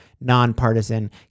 nonpartisan